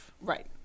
right